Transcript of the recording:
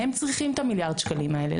הם צריכים את המיליארד שקלים האלה.